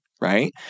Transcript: right